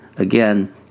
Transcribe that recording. Again